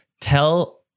tell